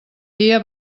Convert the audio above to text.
dia